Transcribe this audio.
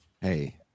Hey